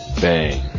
bang